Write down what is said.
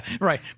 right